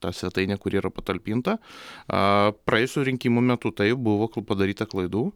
ta svetainė kuri yra patalpinta aaa praėjusių rinkimų metu taip buvo padaryta klaidų